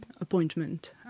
appointment